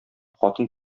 хатын